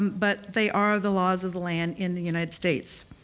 but they are the laws of the land in the united states.